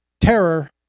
terror